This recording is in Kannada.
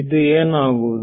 ಇದು ಏನು ಆಗುವುದು